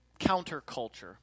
counterculture